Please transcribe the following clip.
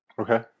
okay